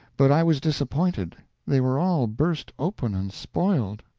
but i was disappointed they were all burst open and spoiled.